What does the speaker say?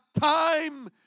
time